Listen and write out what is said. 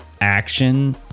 action